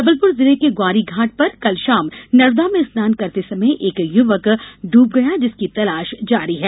जबलपुर जिले के ग्वारीघाट पर कल शाम नर्मदा में स्नान करते समय एक युवक ड्ब गया जिसकी तलाश जारी है